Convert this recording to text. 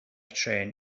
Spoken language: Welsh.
trên